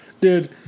Dude